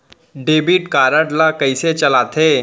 Debit card ला कइसे चलाते?